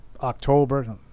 october